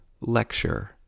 Lecture